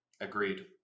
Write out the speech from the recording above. agreed